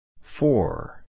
Four